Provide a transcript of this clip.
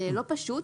זה לא פשוט,